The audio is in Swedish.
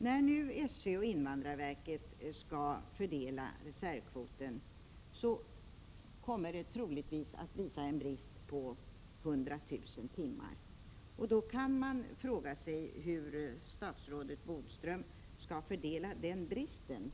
När nu SÖ och invandrarverket skall fördela reservkvoten kommer det troligtvis att redovisas en brist på 100 000 timmar. Man kan då fråga sig hur statsrådet Bodström skall fördela denna brist.